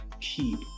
keep